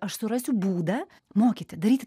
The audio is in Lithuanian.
aš surasiu būdą mokyti daryt